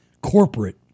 corporate